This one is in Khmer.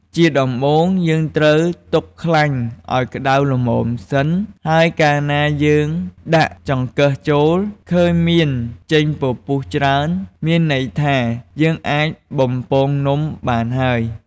ជាដំបូង យើងត្រូវទុកខ្លាញ់ឲ្យក្ដៅល្មមសិន ហើយកាលណាយើងដាក់ចង្កឹះចូល ឃើញមានចេញពពុះច្រើន មានន័យថា យើងអាចបំពងនំបានហើយ។